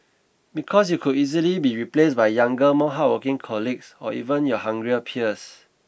because you could easily be replaced by younger more hardworking colleagues or even your hungrier peers